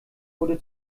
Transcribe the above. wurde